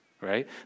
right